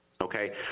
okay